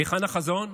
היכן החזון?